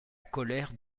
colère